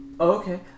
Okay